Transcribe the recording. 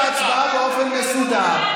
עלה לפה יושב-ראש הכנסת וערך את ההצבעה באופן מסודר.